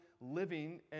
living